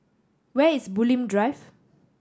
where is Bulim Drive